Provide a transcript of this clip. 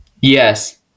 Yes